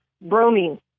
Bromine